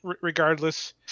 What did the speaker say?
regardless